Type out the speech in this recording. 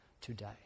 today